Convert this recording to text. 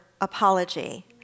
apology